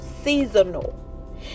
seasonal